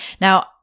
Now